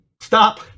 stop